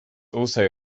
also